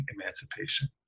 emancipation